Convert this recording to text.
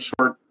short